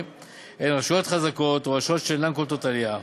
הן רשויות חזקות או רשויות שאינן קולטות עלייה.